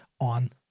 on